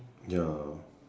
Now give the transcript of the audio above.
ya